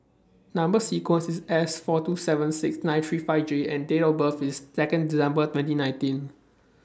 Number sequence IS S four two seven six nine three five J and Date of birth IS Second December twenty nineteen